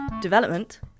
development